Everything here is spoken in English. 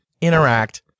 interact